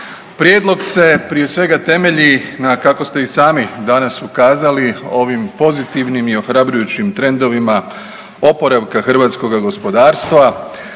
Prijedlog se prije svega temelji na kako ste i sami danas ukazali ovim pozitivnim i ohrabrujućim trendovima oporavka hrvatskoga gospodarstva,